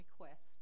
request